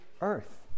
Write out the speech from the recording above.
earth